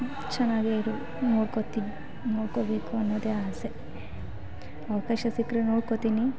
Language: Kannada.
ಚೆನ್ನಾಗೇ ಇರು ನೋಡ್ಕೊತೀನಿ ನೋಡ್ಕೋಬೇಕು ಅನ್ನೋದೆ ಆಸೆ ಅವಕಾಶ ಸಿಕ್ಕರೆ ನೋಡ್ಕೋತೀನಿ